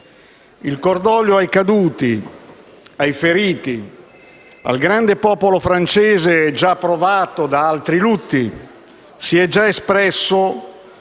Il cordoglio ai caduti, ai feriti e al grande popolo francese, già provato da altri lutti, si è già espresso